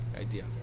idea